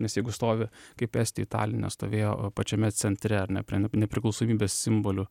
nes jeigu stovi kaip estai taline stovėjo pačiame centre ar ne prie ne nepriklausomybės simbolių